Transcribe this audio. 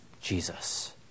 Jesus